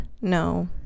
no